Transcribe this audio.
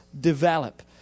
develop